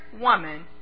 woman